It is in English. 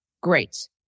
Great